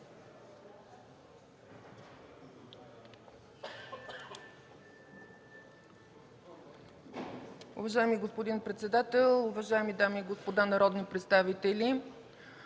Уважаеми господин председател, уважаеми дами и господа народни представители!